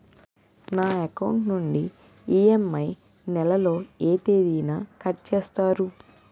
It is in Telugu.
నా అకౌంట్ నుండి ఇ.ఎం.ఐ నెల లో ఏ తేదీన కట్ చేస్తారు?